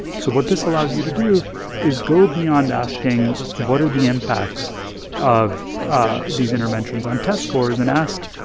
so what this allows you to do is go beyond asking, what are the impacts of these interventions on test scores? and ask,